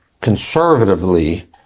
conservatively